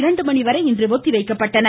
இரண்டுமணிவரை ஒத்திவைக்கப்பட்டன